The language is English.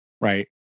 Right